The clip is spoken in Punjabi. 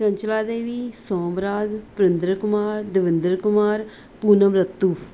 ਚੰਚਲਾ ਦੇਵੀ ਸੋਮਰਾਜ ਵਰਿੰਦਰ ਕੁਮਾਰ ਦਵਿੰਦਰ ਕੁਮਾਰ ਪੂਨਮ ਰੱਤੂ